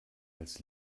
als